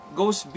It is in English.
goes